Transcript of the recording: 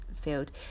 field